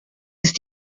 ist